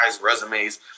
resumes